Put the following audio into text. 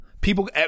people